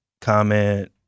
comment